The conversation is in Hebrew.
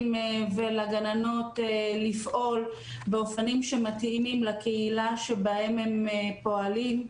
ולגננות לפעול באופנים שמתאימים לקהילה שבה הם פועלים.